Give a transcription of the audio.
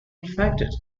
infected